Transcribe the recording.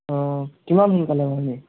অঁ কিমান সোনকালে আহিবি